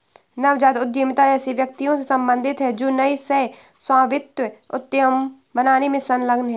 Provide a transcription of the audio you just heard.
नवजात उद्यमिता ऐसे व्यक्तियों से सम्बंधित है जो नए सह स्वामित्व उद्यम बनाने में संलग्न हैं